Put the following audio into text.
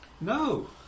No